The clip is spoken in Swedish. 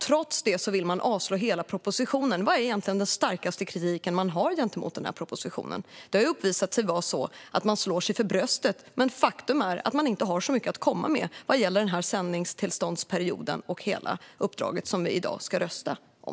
Trots det vill man avslå hela propositionen. Vad är egentligen den starkaste kritiken man har mot propositionen? Man slår sig för bröstet, men faktum är att man inte har så mycket att komma med vad gäller denna sändningstillståndsperiod och hela det uppdrag som vi i dag ska rösta om.